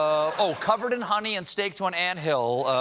ah covered in honey and staked to an anthill,